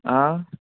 आं